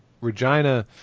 Regina